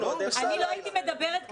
אני לא הייתי מדברת כך,